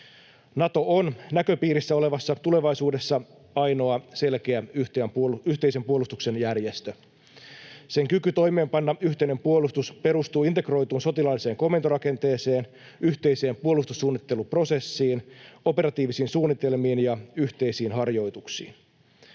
Nato on näköpiirissä olevassa tulevaisuudessa ainoa selkeä yhteisen puolustuksen järjestö. Sen kyky toimeenpanna yhteinen puolustus perustuu integroituun sotilaalliseen komentorakenteeseen, yhteiseen puolustussuunnitteluprosessiin, operatiivisiin suunnitelmiin ja yhteisiin harjoituksiin.